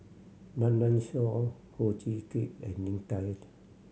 Run Run Shaw Ho Chee Kick and Lim Hak Tai